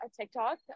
tiktok